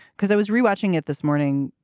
because i was rewatching it this morning.